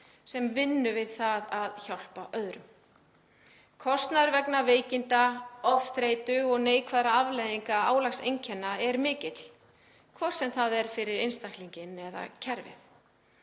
sem vinnur við að hjálpa öðrum. Kostnaður vegna veikinda, ofþreytu og neikvæðra afleiðinga álagseinkenna er mikill, hvort sem er fyrir einstaklinginn eða kerfið.